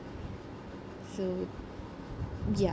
so ya